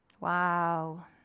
Wow